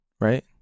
right